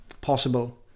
Possible